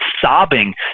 sobbing